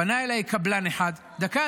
פנה אליי קבלן אחד ------ דקה,